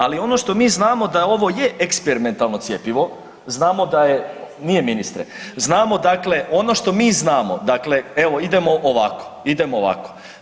Ali ono što mi znamo da ovo je eksperimentalno cjepivo, znamo da je … [[Upadica iz klupe se ne razumije]] nije ministre, znamo dakle, ono što mi znamo dakle evo idemo ovako, idemo ovako.